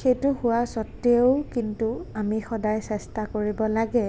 সেইটো হোৱাৰ স্বত্বেও কিন্তু আমি সদায় চেষ্টা কৰিব লাগে